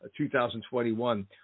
2021